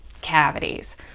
cavities